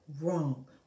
wrong